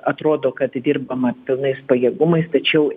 atrodo kad dirbama pilnais pajėgumais tačiau